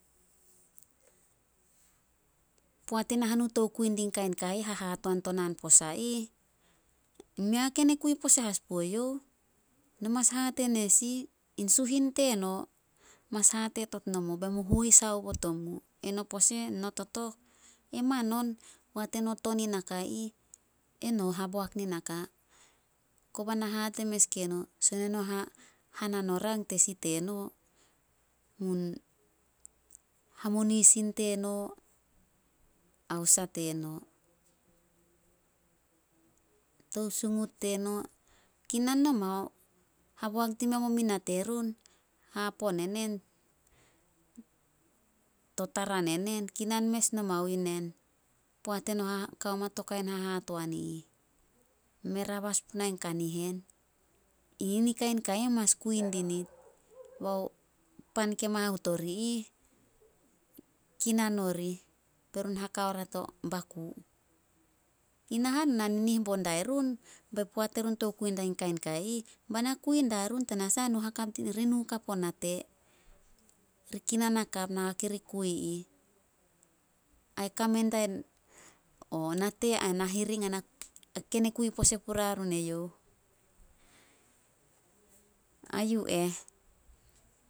Poat i nahanu tou kui di kain ka ih, hahatoan to naan posa ih, mei a ken e kui pose as pue youh, no mas hate nesi suhin teno. Mas hate tot nomo be mu haobot omu. Eno pose, no totok, e manon poat eno to nin nakai ih, eno haboak nin naka. Kobe na hate mes gue no, son eno ha- hana no rang tesih teno, mun hamunisin teno ao sah teno, tousingut teno, kinan nomao. Haboak dime mo mina terun, hapoon enen to taran enen, kinan mes nomao yu nen. Poat eno kao ma to kain hahatoan i ih, mei rabas punai kanihen. Yi ni kain kai ih mas kui dinit. Bao pan ke mahut ori ih, kinan orih be run haka o ria to baku. In nahanu na ninih bo dairun, be poat erun tou kui dia kain kai ih, bana kui darun tanasah ri nu hakap o nate. Ri kinan hakap naka kiri kui ih. Ai kame nate ai nahiring ken e kui pose pura run eyouh. A yu eh